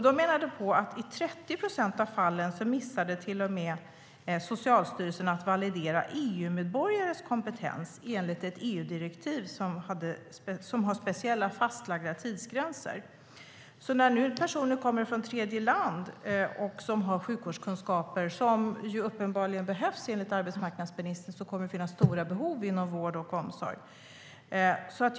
De menade att i 30 procent av fallen missade till och med Socialstyrelsen att validera EU-medborgares kompetens enligt ett EU-direktiv som har speciella, fastlagda tidsgränser. De personer med sjukvårdskunskaper som nu kommer från tredje land behövs uppenbarligen då det kommer att finnas stora behov inom vård och omsorg, enligt arbetsmarknadsministern.